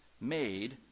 made